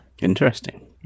Interesting